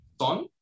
son